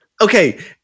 Okay